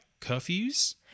curfews